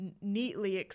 neatly